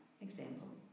example